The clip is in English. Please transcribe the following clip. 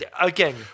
again